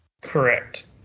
Correct